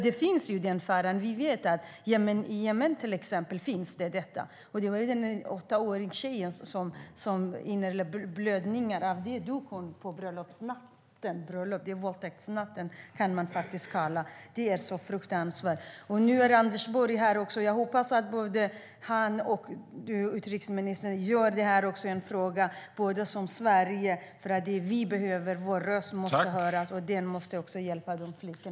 Det finns ju en fara. I Jemen, till exempel, har man infört detta. Det var där som den åttaåriga tjejen dog av inre blödningar på bröllopsnatten - man kan faktiskt kalla det för våldtäktsnatten. Det är så fruktansvärt. Nu är Anders Borg här också. Jag hoppas att både han och utrikesministern gör detta till en fråga där Sveriges röst kommer att höras för att man ska kunna hjälpa dessa flickor.